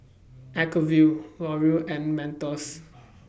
Acuvue L'Oreal and Mentos